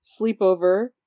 sleepover